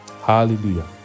Hallelujah